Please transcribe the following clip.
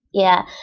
yeah.